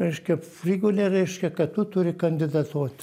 reiškia prigulė reiškia kad tu turi kandidatuot